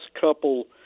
couple